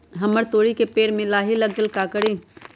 हमरा तोरी के पेड़ में लाही लग गेल है का करी?